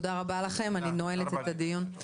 תודה רבה לכם, אני נועלת את הדיון.